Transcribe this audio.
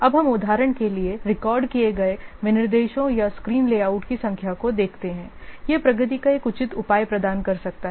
अब हम उदाहरण के लिए रिकॉर्ड किए गए विनिर्देशों या स्क्रीन लेआउट की संख्या को देखते हैं यह प्रगति का एक उचित उपाय प्रदान कर सकता है